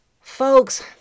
Folks